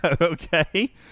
okay